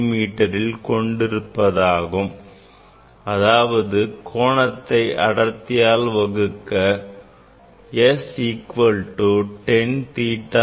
மீட்டரில் கொண்டிருப்பதாகும் அதாவது கோணத்தை அடர்த்தியால் வகுக்க கிடைப்பதாகும்